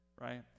right